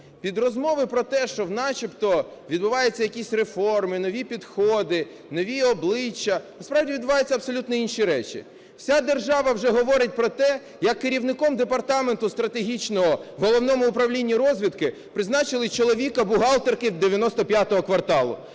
Під розмови про те, що начебто відбуваються якісь реформи, нові підходи, нові обличчя, насправді відбуваються абсолютно інші речі. Вся держава вже говорить про те, як керівником департаменту стратегічного в Головному управлінні розвідки призначили чоловіка бухгалтерки "95 кварталу",